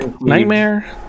Nightmare